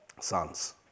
sons